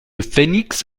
phénix